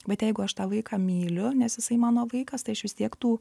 bet jeigu aš tą vaiką myliu nes jisai mano vaikas tai aš vis tiek tų